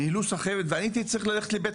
ניהלו סחבת ואני הייתי צריך ללכת לבית